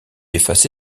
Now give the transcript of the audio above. effacé